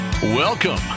Welcome